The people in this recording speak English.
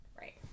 right